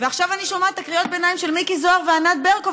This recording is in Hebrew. ועכשיו אני שומעת את קריאות הביניים של מיקי זוהר וענת ברקו,